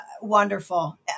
wonderful